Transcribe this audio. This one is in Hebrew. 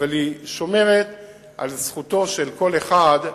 אבל היא שומרת על זכותו של כל אחד,